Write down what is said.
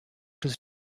des